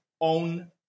own